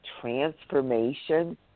transformation